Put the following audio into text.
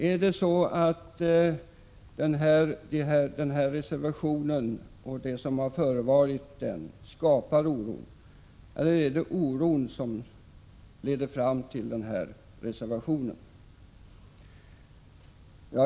Är det så att det är reservationen och det som förevarit den som skapat oro, eller är det oron som lett fram till reservationen?